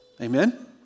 Amen